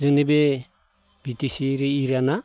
जोंनि बे B T C एरै एरियाना